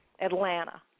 Atlanta